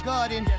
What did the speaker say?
Garden